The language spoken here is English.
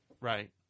Right